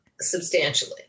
substantially